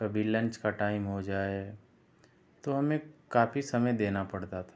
कभी लंच का टाइम हो जाए तो हमें काफ़ी समय देना पड़ता था